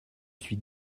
suis